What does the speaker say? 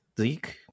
Zeke